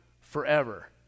forever